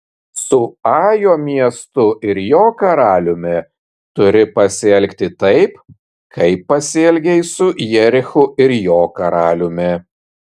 su ajo miestu ir jo karaliumi turi pasielgti taip kaip pasielgei su jerichu ir jo karaliumi